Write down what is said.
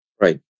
Right